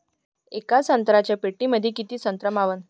येका संत्र्याच्या पेटीमंदी किती संत्र मावन?